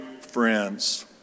friends